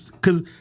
cause